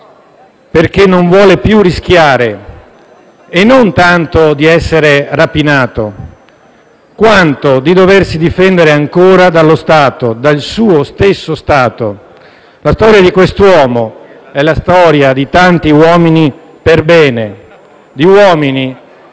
paura e non vuole più rischiare, non tanto di essere rapinato, quanto di doversi difendere ancora dallo Stato, dal suo stesso Stato. La storia di quest'uomo è la storia di tanti uomini per bene, di uomini